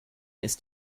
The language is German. ist